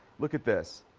look at this.